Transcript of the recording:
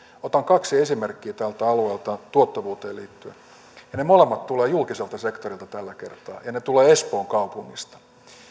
otan kaksi esimerkkiä tältä alueelta tuottavuuteen liittyen ne molemmat tulevat julkiselta sektorilta tällä kertaa ja ne tulevat espoon kaupungista